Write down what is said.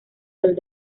del